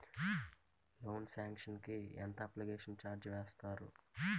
Loan sanction కి ఎంత application charge వేస్తారు?